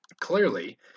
clearly